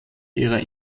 ihrer